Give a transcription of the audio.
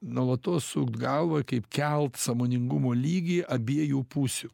nuolatos sukt galvą kaip kelt sąmoningumo lygį abiejų pusių